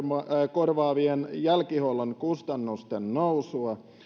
korvaamien jälkihuollon kustannusten nousua